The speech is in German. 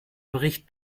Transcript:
bericht